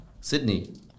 Sydney